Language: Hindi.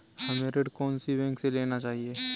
हमें ऋण कौन सी बैंक से लेना चाहिए?